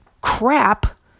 crap